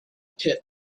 pit